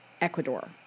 Ecuador